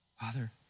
Father